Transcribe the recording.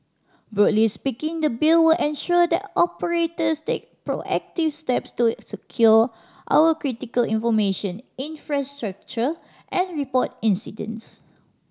broadly speaking the Bill will ensure that operators take proactive steps to secure our critical information infrastructure and report incidents